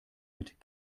mit